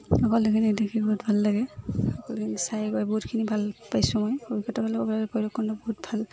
সকলোখিনি দেখি বহুত ভাল লাগে সকলোখিনি চাই গৈ বহুতখিনি ভাল পাইছোঁ মই অভিজ্ঞতা ফালৰ পৰা ভৈৰৱকুণ্ড বহুত ভাল